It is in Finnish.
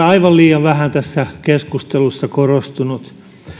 aivan liian vähän tässä keskustelussa korostunut